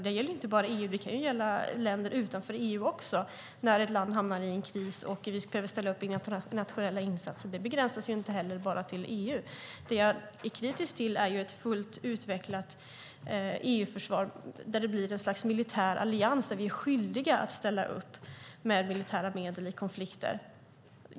Det gäller inte bara EU, utan det kan gälla också länder utanför EU, när ett land hamnar i en kris och vi behöver ställa upp med internationella insatser. Det begränsas inte till EU. Det jag är kritisk till är ett fullt utvecklat EU-försvar där det blir ett slags militär allians där vi är skyldiga att ställa upp med militära medel i konflikter.